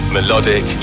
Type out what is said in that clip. Melodic